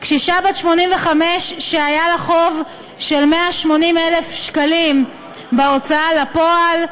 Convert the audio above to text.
קשישה בת 85 שהיה לה חוב של 180,000 שקלים בהוצאה לפועל,